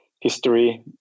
history